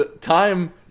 time